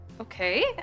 Okay